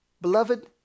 Beloved